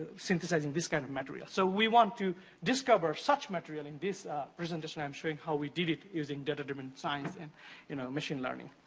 synthesizing this kind of material. so, we want to discover such material. in this presentation, i'm showing how we did it using data-driven science and you know machine learning.